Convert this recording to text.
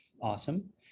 awesome